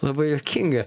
labai juokinga